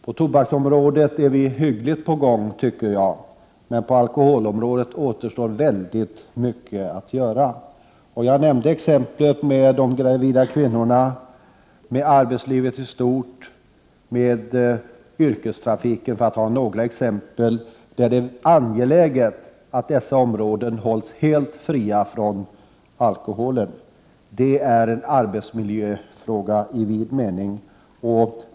På tobaksområdet är vi på ganska god väg, men på alkoholområdet återstår väldigt mycket att göra. Jag nämnde de gravida kvinnorna, arbetslivet i stort, yrkestrafiken för att ta några exempel på områden som det är angeläget att hålla helt fria från alkohol. Det var en viktig arbetsmiljöfråga.